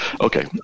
Okay